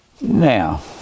Now